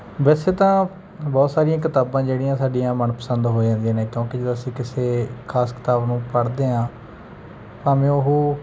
ਵੈਸੇ ਤਾਂ ਬਹੁਤ ਸਾਰੀਆਂ ਕਿਤਾਬਾਂ ਜਿਹੜੀਆਂ ਸਾਡੀਆਂ ਮਨਪਸੰਦ ਹੋ ਜਾਂਦੀਆਂ ਨੇ ਕਿਉਂਕਿ ਜਦੋਂ ਅਸੀਂ ਕਿਸੇ ਖਾਸ ਕਿਤਾਬ ਨੂੰ ਪੜ੍ਹਦੇ ਹਾਂ ਭਾਵੇਂ ਉਹ